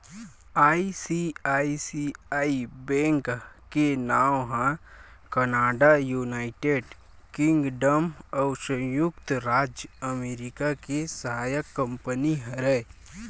ICICI bank के नांव ह कनाड़ा, युनाइटेड किंगडम अउ संयुक्त राज अमरिका के सहायक कंपनी हरय